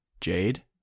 Jade